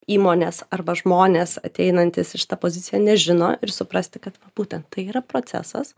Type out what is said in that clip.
įmonės arba žmonės ateinantys iš tą poziciją nežino ir suprasti kad va būten tai yra procesas